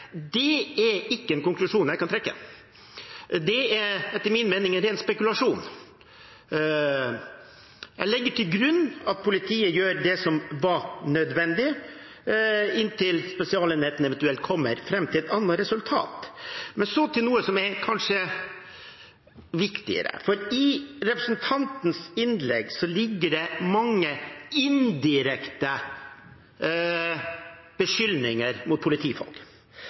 det er ikke en konklusjon jeg kan trekke. Det er etter min mening ren spekulasjon. Jeg legger til grunn at politiet gjør det som er nødvendig, inntil Spesialenheten eventuelt kommer fram til et annet resultat. Men så til noe som kanskje er viktigere: I representantens innlegg ligger det mange indirekte beskyldninger mot politifolk. Han snakker om «subkultur», han snakker om «action»-pregede politifolk, og han snakker om politifolk